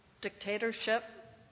dictatorship